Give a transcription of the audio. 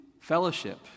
fellowship